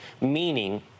meaning